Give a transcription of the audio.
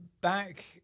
back